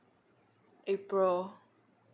april